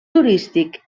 turístic